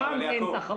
שם אין תחרות.